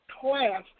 class